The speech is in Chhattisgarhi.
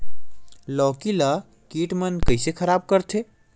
लौकी ला कीट मन कइसे खराब करथे?